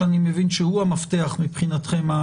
שאני מבין שהוא המפתח הדרמטי מבחינתכם?